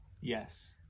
Yes